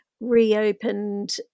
reopened